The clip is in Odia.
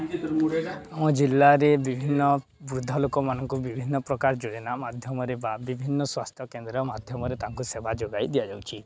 ଆମ ଜିଲ୍ଲାରେ ବିଭିନ୍ନ ବୃଦ୍ଧ ଲୋକମାନଙ୍କୁ ବିଭିନ୍ନପ୍ରକାର ଯୋଜନା ମାଧ୍ୟମରେ ବା ବିଭିନ୍ନ ସ୍ୱାସ୍ଥ୍ୟ କେନ୍ଦ୍ର ମାଧ୍ୟମରେ ତାଙ୍କୁ ସେବା ଯୋଗାଇ ଦିଆଯାଉଛି